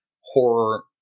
horror